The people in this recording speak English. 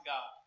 God